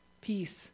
Peace